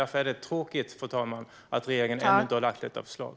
Därför är det tråkigt, fru talman, att regeringen ännu inte har lagt fram detta förslag.